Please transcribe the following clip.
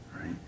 right